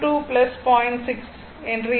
6 என்று இருக்கும்